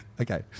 Okay